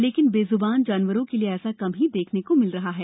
लेकिन बेज्बान जानवरों के लिए ऐसा कम ही देखने को मिल रहा है